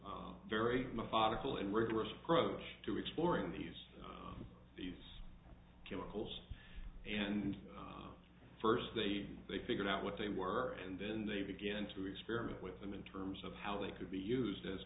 a very methodical and rigorous approach to exploring these these chemicals and first they they figured out what they were and then they began to experiment with them in terms of how they could be used as